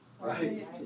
Right